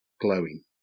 glowing